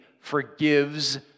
forgives